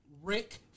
Rick